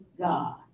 God